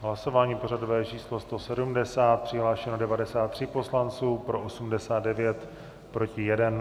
Hlasování pořadové číslo 170, přihlášeno 93 poslanců, pro 89, proti jeden.